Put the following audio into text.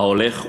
ההולך ומידרדר,